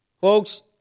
Folks